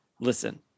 listen